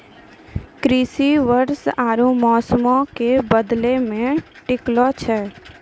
कृषि वर्षा आरु मौसमो के बदलै पे टिकलो छै